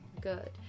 Good